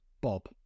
Bob